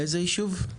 איזה ישוב?